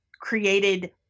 created